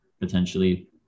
potentially